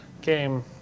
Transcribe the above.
Game